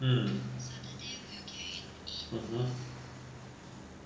hmm mmhmm